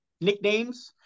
nicknames